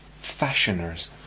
fashioners